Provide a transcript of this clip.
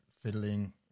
fiddling